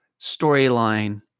storyline